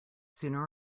sooner